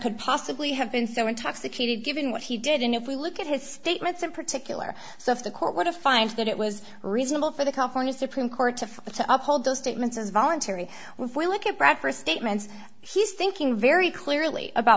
could possibly have been so intoxicated given what he did and if we look at his statements in particular so if the court would have finds that it was reasonable for the california supreme court to fight to uphold those statements as voluntary well if we look at breakfast statements he's thinking very clearly about